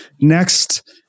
Next